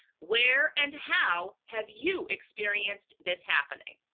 where and how have you experienced this happening?